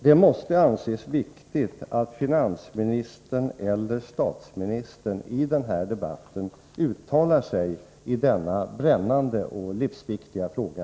Det måste anses viktigt att finansministern eller statsministern i den här debatten uttalar sig i denna för vårt land brännande och livsviktiga fråga.